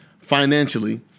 financially